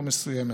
מסוימת.